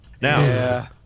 Now